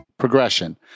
Progression